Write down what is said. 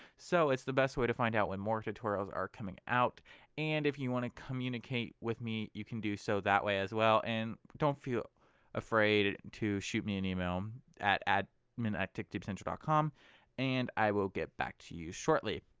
so it's the best way to find out when more tutorials are coming out and if you want to communicate with me you can do so that way as well and don't feel afraid to shoot me an and email um at at admin at techtubecentral dot com and i will get back to you shortly.